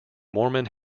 mormon